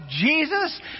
Jesus